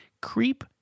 creep